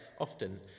often